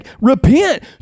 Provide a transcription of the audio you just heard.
Repent